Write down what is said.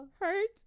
hurt